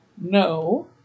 No